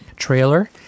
trailer